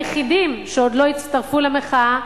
היחידים שעוד לא הצטרפו למחאה,